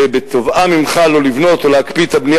בתובעה ממך לא לבנות או להקפיא את הבנייה